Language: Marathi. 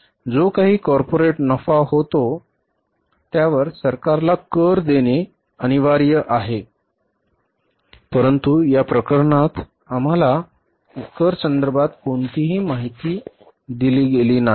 जो काही कॉर्पोरेट नफा होतो त्यावर सरकारला कर देणे अनिवार्य आहे परंतु या प्रकरणात आम्हाला कर संदर्भात कोणतीही माहिती दिली जात नाही